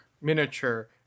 miniature